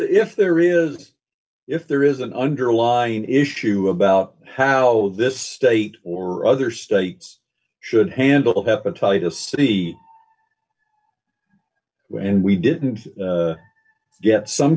if there is if there is an underlying d issue about how this state or other states should handle hepatitis c and we didn't get some